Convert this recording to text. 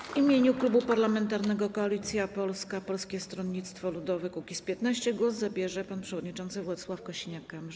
W imieniu Klubu Parlamentarnego Koalicja Polska - Polskie Stronnictwo Ludowe - Kukiz15 głos zabierze pan przewodniczący Władysław Kosiniak-Kamysz.